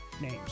names